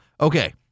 okay